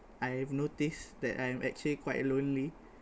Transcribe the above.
I have noticed that I'm actually quite lonely